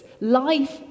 Life